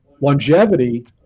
longevity